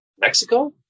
Mexico